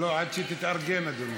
עד שתתארגן, אדוני.